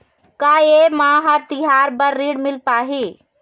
का ये म हर तिहार बर ऋण मिल पाही?